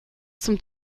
zum